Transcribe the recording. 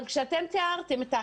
אבל כשאתם תיארתם,